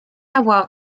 avoir